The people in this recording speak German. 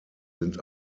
sind